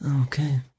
Okay